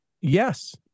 Yes